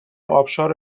آبشار